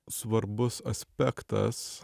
svarbus aspektas